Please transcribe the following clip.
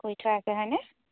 শুই থকাৰ কাৰণে